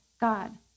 God